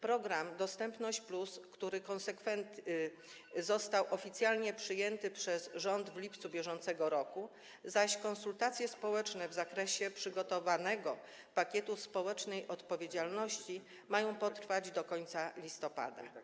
Program „Dostępność+” został oficjalnie przyjęty przez rząd w lipcu br., zaś konsultacje społeczne w zakresie przygotowanego pakietu społecznej odpowiedzialności mają potrwać do końca listopada.